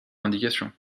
indications